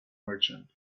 merchant